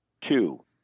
two